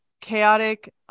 chaotic